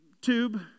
tube